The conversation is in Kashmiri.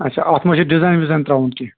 اچھا اتھ ما چھُ ڈِزاین وِزاین ترٛاوُن کیٚنٛہہ